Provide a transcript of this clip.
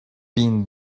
been